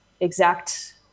exact